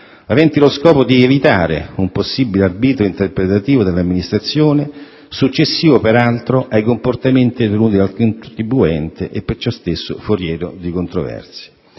aventi lo scopo di evitare un possibile arbitrio interpretativo dell'amministrazione, successivo peraltro ai comportamenti tenuti dal contribuente e per ciò stesso foriero di controversie.